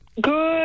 Good